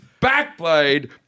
Backblade